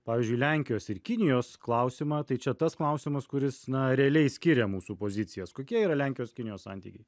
pavyzdžiui lenkijos ir kinijos klausimą tai čia tas klausimas kuris na realiai skiria mūsų pozicijas kokie yra lenkijos kinijos santykiai